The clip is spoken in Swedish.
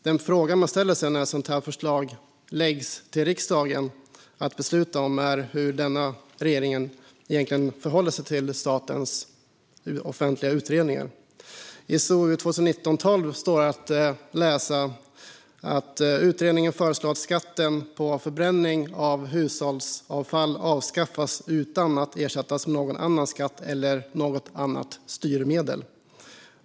Den fråga man ställer sig när riksdagen får ett sådant här förslag att besluta om är hur denna regering egentligen förhåller sig till statens offentliga utredningar. I SOU 2009:12 stod att läsa att utredningen föreslog att skatten på förbränning av hushållsavfall skulle avskaffas utan att ersättas med någon annan skatt eller något annat styrmedel.